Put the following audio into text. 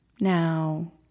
Now